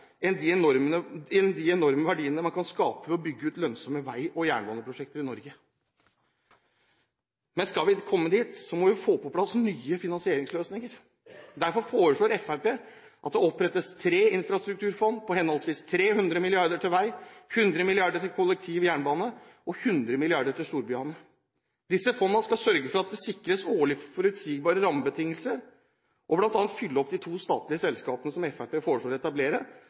enn de enorme verdiene man kan skape ved å bygge ut lønnsomme vei- og jernbaneprosjekter i Norge. Skal vi komme dit, må vi få på plass nye finansieringsløsninger. Derfor foreslår Fremskrittspartiet at det opprettes tre infrastrukturfond på henholdsvis 300 mrd. kr til vei, 100 mrd. kr til kollektivtrafikk og jernbane og 100 mrd. kr til storbyene. Disse fondene skal sørge for at det sikres årlige, forutsigbare rammebetingelser og bl.a. fylle opp de to statlige selskapene som Fremskrittspartiet foreslår å etablere